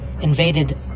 invaded